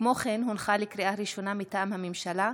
כמו כן, הונחה לקריאה ראשונה, מטעם הממשלה,